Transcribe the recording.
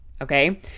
okay